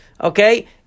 okay